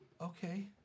Okay